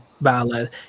valid